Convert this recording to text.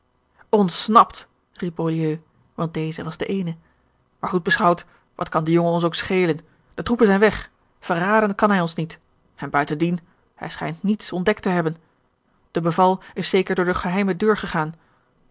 ontsnapt riept beaulieu want deze was de eene maar goed beschouwd wat kan de jongen ons ook schelen de troepen zijn weg verraden kan hij ons niet en buitendien hij schijnt niets george een ongeluksvogel ontdekt te hebben de beval is zeker door de geheime deur gegaan